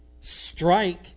strike